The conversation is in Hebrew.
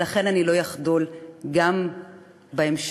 ולכן אני לא אחדל גם בהמשך,